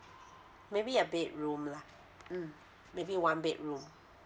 maybe a bedroom lah mm maybe one bedroom